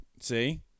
See